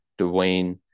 Dwayne